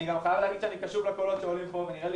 אני חייב להגיד שאני גם קשוב לקולות שעולים פה ונראה לי